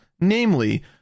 Namely